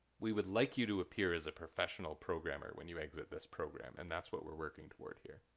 we would like you to appear as a professional programmer when you exit this program and that's what we're working toward here.